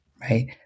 right